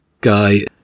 guy